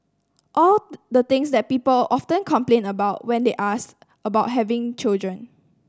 all the things that people often complain about when they asked about having children